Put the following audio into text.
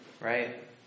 Right